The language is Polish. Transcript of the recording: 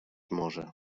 może